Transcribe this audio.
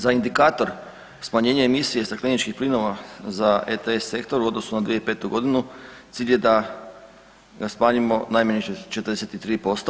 Za indikator smanjenje emisije stakleničkih plinova za ETS sektor u odnosu na 2005. godinu cilj je da ga smanjimo najmanje 43%